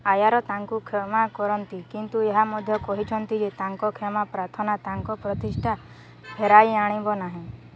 ଆୟାର ତାଙ୍କୁ କ୍ଷମା କରନ୍ତି କିନ୍ତୁ ଏହା ମଧ୍ୟ କହିଛନ୍ତି ଯେ ତାଙ୍କ କ୍ଷମା ପ୍ରାର୍ଥନା ତାଙ୍କ ପ୍ରତିଷ୍ଠା ଫେରାଇ ଆଣିବ ନାହିଁ